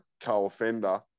co-offender